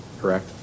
correct